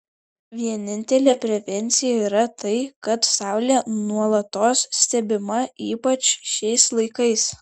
vienintelė prevencija yra tai kad saulė nuolatos stebima ypač šiais laikais